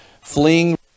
fleeing